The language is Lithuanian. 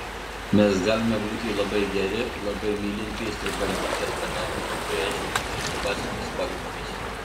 mes galime būti labai geri labai mylintys ir bandyti alkanam liūtui aiškinti dvasinius pagrindus